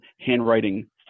handwriting